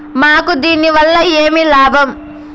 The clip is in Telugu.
మాకు దీనివల్ల ఏమి లాభం